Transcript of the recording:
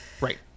right